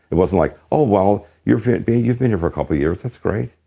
it wasn't like, oh well, you've been you've been here for a couple years. that's great.